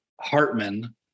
Hartman